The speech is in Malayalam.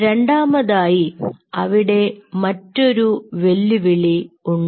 രണ്ടാമതായി അവിടെ മറ്റൊരു വെല്ലുവിളി ഉണ്ട്